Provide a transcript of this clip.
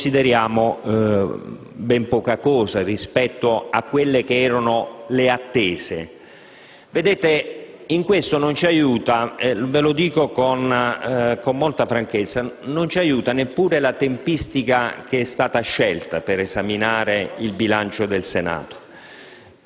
lo consideriamo ben poca cosa rispetto a quelle che erano le attese. In ciò non ci aiuta - lo dico con molta franchezza - neppure la tempistica che è stata scelta per esaminare il bilancio del Senato,